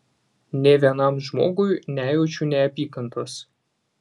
nė vienam žmogui nejaučiu neapykantos